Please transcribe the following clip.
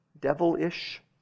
Devilish